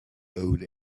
owed